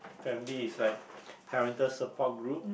family is like parental support group